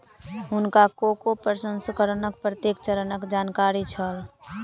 हुनका कोको प्रसंस्करणक प्रत्येक चरणक जानकारी छल